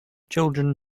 children